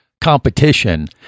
competition